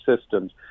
systems